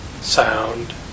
sound